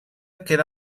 queda